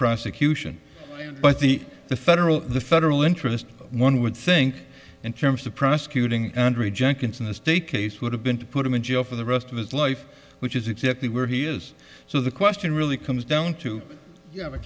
prosecution but the the federal the federal interest one would think in terms of prosecuting underage jenkinson a state case would have been to put him in jail for the rest of his life which is exactly where he is so the question really comes down to you have a